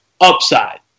Upside